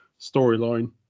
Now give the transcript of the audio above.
storyline